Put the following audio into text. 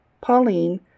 Pauline